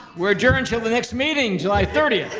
we're adjourned til the next meeting, july thirty.